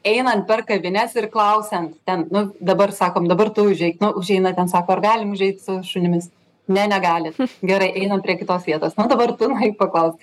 einant per kavines ir klausiant ten nu dabar sakom dabar tu užeik nu užeina ten sako ar galim užeiti su šunimis ne negalit gerai einam prie kitos vietos nu dabar tu nueik paklausk